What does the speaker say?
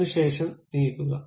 അതിനുശേഷം നീക്കുക